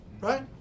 right